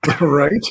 Right